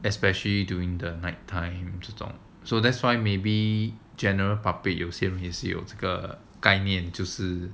especially during the night time 就是 so that's why maybe general public 有些人有这个概念就是